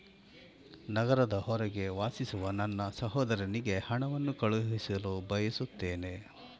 ನಗರದ ಹೊರಗೆ ವಾಸಿಸುವ ನನ್ನ ಸಹೋದರನಿಗೆ ಹಣವನ್ನು ಕಳುಹಿಸಲು ಬಯಸುತ್ತೇನೆ